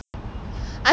err